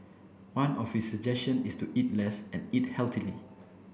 one of his suggestion is to eat less and eat healthily